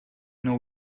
know